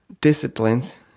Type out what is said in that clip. disciplines